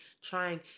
trying